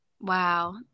Wow